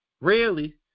rarely